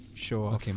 Sure